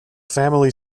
family